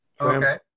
okay